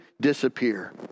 disappear